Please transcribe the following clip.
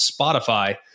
Spotify